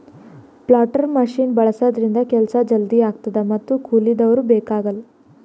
planter machine ಬಳಸಿದ್ರಿಂದ ಕೆಲ್ಸ ಜಲ್ದಿ ಆಗ್ತದ ಮತ್ತ್ ಕೂಲಿದವ್ರು ಬೇಕಾಗಲ್